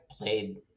played